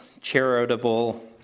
charitable